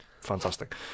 fantastic